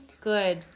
Good